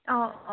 অঁ অঁ